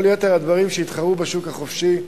כל יתר הדברים, שיתחרו בשוק החופשי,